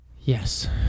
Yes